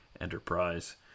enterprise